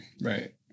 right